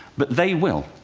but they will.